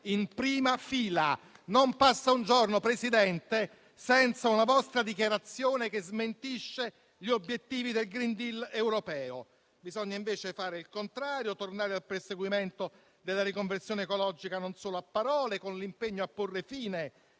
Non passa un giorno, Presidente, senza una vostra dichiarazione che smentisce gli obiettivi del *green deal* europeo. Bisogna invece fare il contrario: tornare al perseguimento della riconversione ecologica non solo a parole, con l'impegno a porre fine